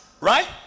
right